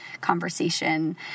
conversation